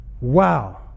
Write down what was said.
wow